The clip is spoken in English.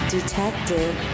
Detective